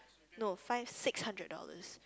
no five six hundred dollars